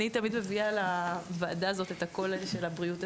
אני תמיד מביאה לוועדה הזאת את הבריאות הטבעית,